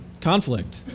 Conflict